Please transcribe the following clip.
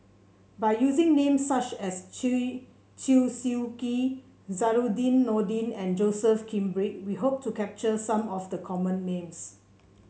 by using names such as Chew Chew Swee Kee Zainudin Nordin and Joseph Grimberg we hope to capture some of the common names